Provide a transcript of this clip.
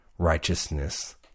righteousness